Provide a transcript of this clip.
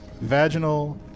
Vaginal